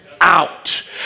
Out